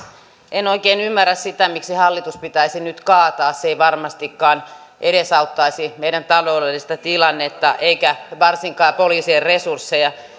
en oikein ymmärrä sitä miksi hallitus pitäisi nyt kaataa se ei varmastikaan edesauttaisi meidän taloudellista tilannettamme eikä varsinkaan poliisien resursseja